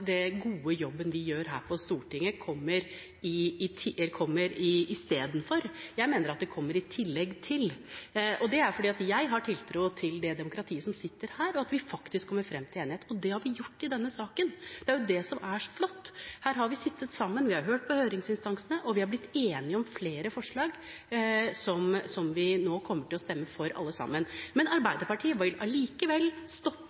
den gode jobben vi gjør her på Stortinget, kommer istedenfor ‒ jeg mener det kommer i tillegg til. Det er fordi jeg har tiltro til det demokratiet som sitter her, og at vi faktisk kommer frem til enighet. Det har vi gjort i denne saken. Det er det som er så flott. Her har vi sittet sammen, vi har hørt på høringsinstansene, og vi er blitt enige om flere forslag, som vi kommer til å stemme for, alle sammen. Men Arbeiderpartiet vil allikevel stoppe,